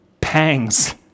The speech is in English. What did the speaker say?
Pangs